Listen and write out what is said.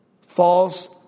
False